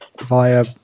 via